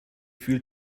fühlt